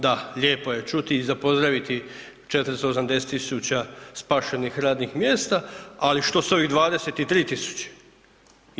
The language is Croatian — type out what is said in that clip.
Da, lijepo je čuti i za pozdraviti 480.000 spašenih radnih mjesta, ali što s ovih 23.000?